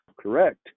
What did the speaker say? correct